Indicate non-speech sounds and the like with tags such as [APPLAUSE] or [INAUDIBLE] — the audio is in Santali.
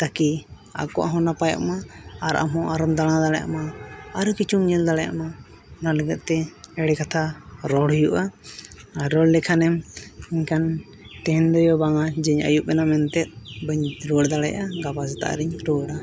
ᱛᱟᱠᱤ ᱟᱠᱚᱣᱟᱜ ᱦᱚᱸ ᱱᱟᱯᱟᱭᱚᱜ ᱢᱟ ᱟᱨ ᱟᱢᱦᱚᱸ ᱟᱨᱦᱚᱢ ᱫᱟᱬᱟ ᱫᱟᱲᱮᱭᱟᱜ ᱢᱟ ᱟᱹᱰᱤ ᱠᱤᱪᱷᱩᱢ ᱧᱮᱞ ᱫᱟᱲᱮᱭᱟᱜ ᱢᱟ ᱚᱱᱟ ᱞᱟᱹᱜᱤᱫ ᱛᱮ ᱮᱲᱮ ᱠᱟᱛᱷᱟ ᱨᱚᱲ ᱦᱩᱭᱩᱜᱼᱟ ᱟᱨ ᱨᱚᱲ ᱞᱮᱠᱷᱟᱱᱮᱢ ᱢᱮᱱᱠᱷᱟᱱ [UNINTELLIGIBLE] ᱵᱟᱝᱟ ᱡᱮᱧ ᱟᱹᱭᱩᱵᱮᱱᱟ ᱢᱮᱱᱛᱮᱫ ᱵᱟᱹᱧ ᱨᱩᱣᱟᱹᱲ ᱫᱟᱲᱮᱭᱟᱜᱼᱟ ᱜᱟᱯᱟ ᱥᱮᱛᱟᱜ ᱨᱤᱧ ᱨᱩᱣᱟᱹᱲᱟ